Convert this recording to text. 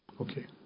Okay